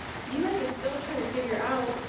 you guys are still trying to figure out